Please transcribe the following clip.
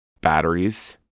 Batteries